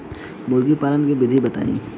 मुर्गी पालन के विधि बताई?